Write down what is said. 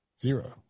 Zero